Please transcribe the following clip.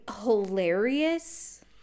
hilarious